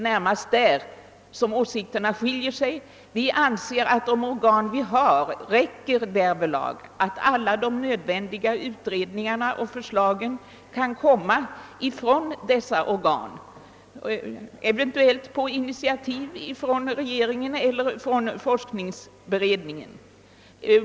Utskottsmajoriteten anser att de organ som finns räcker till. Alla nödvändiga utredningar och förslag kan enligt vår åsikt komma från dessa organ, eventuellt på initiativ av regeringen eller forskningsberedningen.